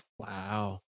Wow